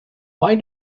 why